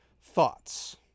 Thoughts